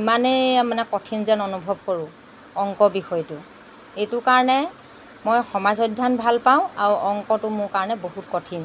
ইমানেই মানে কঠিন যেন অনুভৱ কৰোঁ অংক বিষয়টো এইটোৰ কাৰণে মই সমাজ অধ্যয়ন ভাল পাওঁ আৰু অংকটো মোৰ কাৰণে বহুত কঠিন